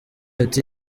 ati